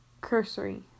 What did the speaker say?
Cursory